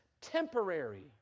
temporary